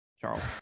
Charles